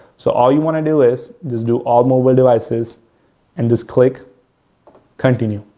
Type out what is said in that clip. so, all you want to do is just do all mobile devices and just click continue.